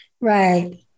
Right